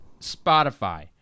Spotify